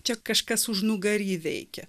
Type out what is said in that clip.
čia kažkas užnugary veikia